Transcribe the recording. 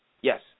Yes